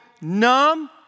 numb